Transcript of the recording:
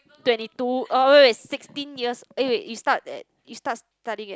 twenty two oh wait wait sixteen years eh wait you start you start studying at